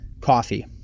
coffee